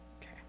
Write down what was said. Okay